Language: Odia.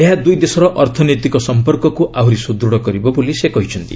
ଏହା ଦୁଇ ଦେଶର ଅର୍ଥନୈତିକ ସମ୍ପର୍କକୁ ଆହୁରି ସୁଦୃଢ଼ କରିବ ବୋଲି ସେ କହିଛନ୍ତି